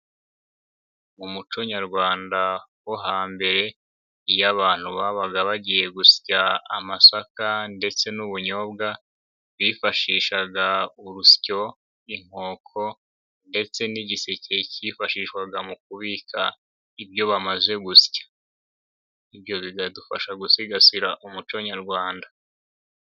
Mu muco nyarwanda wo hambere, iyo abantu babaga bagiye gusya amasaka ndetse n'ubunyobwa, bifashishaga urusyo, inkoko ndetse n'igiseke cyifashishwaga mu kubika, ibyo bamaze gusya. Ibyo bikadufasha gusigasira umuco nyarwanda.